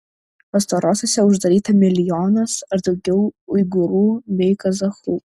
pastarosiose uždaryta milijonas ar daugiau uigūrų bei kazachų